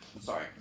Sorry